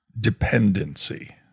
dependency